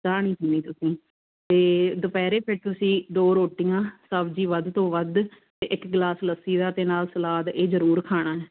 ਚਾਹ ਨਹੀਂ ਪੀਣੀ ਤੁਸੀਂ ਅਤੇ ਦੁਪਹਿਰੇ ਫੇਰ ਤੁਸੀਂ ਦੋ ਰੋਟੀਆਂ ਸਬਜ਼ੀ ਵੱਧ ਤੋਂ ਵੱਧ ਅਤੇ ਇੱਕ ਗਲਾਸ ਲੱਸੀ ਦਾ ਅਤੇ ਨਾਲ ਸਲਾਦ ਇਹ ਜ਼ਰੂਰ ਖਾਣਾ ਹੈ